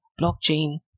blockchain